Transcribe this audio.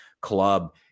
club